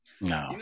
No